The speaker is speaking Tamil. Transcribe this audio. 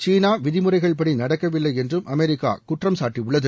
சீனா விதிமுறைகள்படி நடக்கவில்லை என்றும் அமெரிக்கா குற்றம் சாட்டியுள்ளது